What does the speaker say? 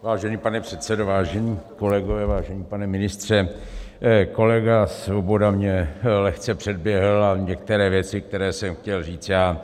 Vážený pane předsedo, vážení kolegové, vážený pane ministře, kolega Svoboda mě lehce předběhl a řekl některé věci, které jsem chtěl říct já.